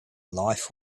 life